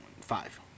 five